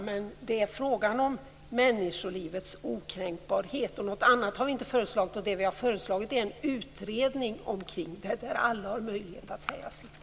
Det är här fråga om människolivets okränkbarhet, och något annat har vi inte föreslagit. Vi har föreslagit en utredning om detta, där alla har möjlighet att säga sitt.